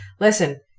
listen